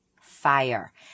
fire